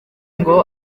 ngo